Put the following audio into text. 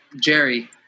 Jerry